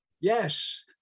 yes